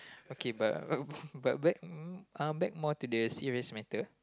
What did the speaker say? okay but but uh back more to the serious matter